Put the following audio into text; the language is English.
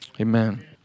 amen